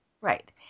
Right